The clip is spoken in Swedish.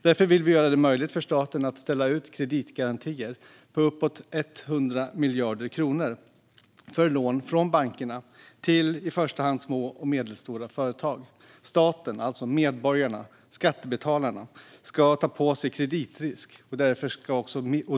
Därför vill vi göra det möjligt för staten att ställa ut kreditgarantier på uppåt 100 miljarder kronor för lån från bankerna till i första hand små och medelstora företag. Staten, alltså medborgarna och skattebetalarna, ska ta på sig kreditrisk.